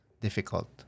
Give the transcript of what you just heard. difficult